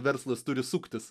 verslas turi suktis